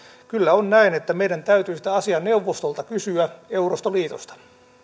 kyllä on näin että meidän täytyy sitä asiaa neuvostolta kysyä eurostoliitosta